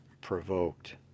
provoked